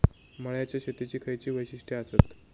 मळ्याच्या शेतीची खयची वैशिष्ठ आसत?